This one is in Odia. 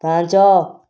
ପାଞ୍ଚ